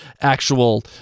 actual